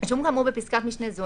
רישום כאמור בפסקת משנה זו,